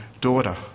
daughter